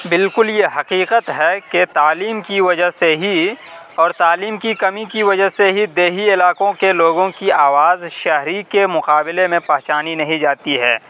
بالکل یہ حقیقت ہے کہ تعلیم کی وجہ سے ہی اور تعلیم کی کمی کی وجہ سے ہی دیہی علاقوں کے لوگوں کی آواز شہری کے مقابلے میں پہچانی نہیں جاتی ہے